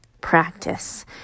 practice